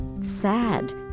sad